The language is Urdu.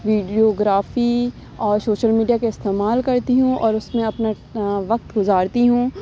ویڈیوگرافی اور سوشل میڈیا کا استعمال کرتی ہوں اور اس میں اپنا وقت گزارتی ہوں